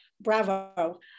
bravo